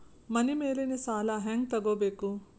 ಮನಿ ಮೇಲಿನ ಸಾಲ ಹ್ಯಾಂಗ್ ತಗೋಬೇಕು?